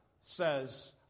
says